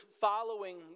following